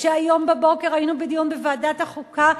כשהבוקר היינו בדיון בוועדת החוקה,